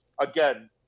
again